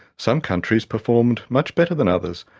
some countries performed much better than others,